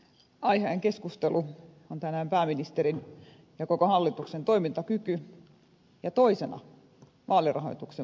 aiheena keskustelussa on tänään pääministerin ja koko hallituksen toimintakyky ja vaalirahoituksen muutostarpeet